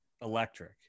electric